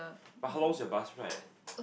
but how long's your bus ride